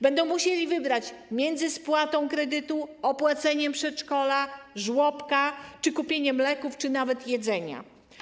Będą musieli wybrać między spłatą kredytu, opłaceniem przedszkola, żłobka czy kupieniem leków czy nawet jedzenia.